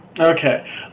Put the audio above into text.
Okay